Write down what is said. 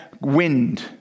wind